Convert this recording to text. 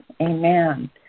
Amen